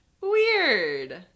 weird